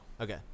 Okay